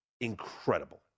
incredible